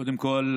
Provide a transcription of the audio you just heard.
קודם כול,